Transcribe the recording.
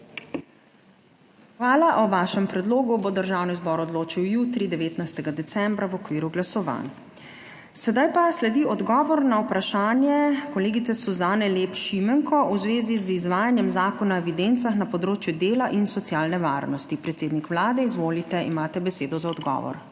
Hvala. O vašem predlogu bo Državni zbor odločil jutri, 19. decembra, v okviru glasovanj. Sedaj pa sledi odgovor na vprašanje kolegice Suzane Lep Šimenko v zvezi z izvajanjem Zakona o evidencah na področju dela in socialne varnosti. Predsednik Vlade, izvolite, imate besedo za odgovor.